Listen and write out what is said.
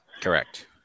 Correct